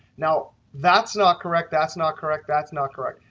now, that's not correct. that's not correct. that's not correct.